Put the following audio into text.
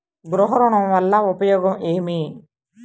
గృహ ఋణం వల్ల ఉపయోగం ఏమి?